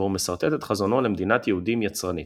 בו הוא משרטט את חזונו למדינת יהודים יצרנית.